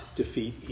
defeat